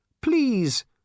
Please